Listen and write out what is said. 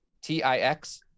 T-I-X